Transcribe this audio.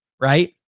right